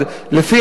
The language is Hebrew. לפי הנתונים,